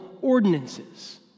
ordinances